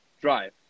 drive